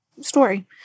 story